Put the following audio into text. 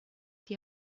die